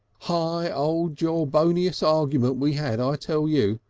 high old jawbacious argument we had, i tell you.